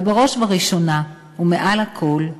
אבל בראש ובראשונה ומעל הכול,